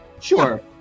Sure